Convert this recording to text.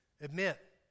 Admit